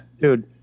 dude